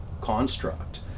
construct